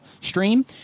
stream